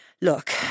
look